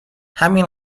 همین